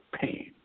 pain